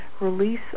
release